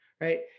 right